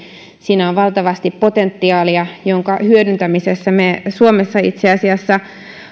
siinä on valtavasti potentiaalia jonka hyödyntämisessä me suomessa itse asiassa